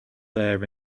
there